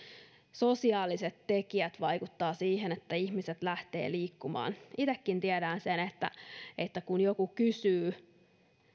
sosiaaliset tekijät vaikuttavat siihen että ihmiset lähtevät liikkumaan itsekin tiedän sen että että kun joku kysyy